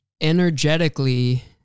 energetically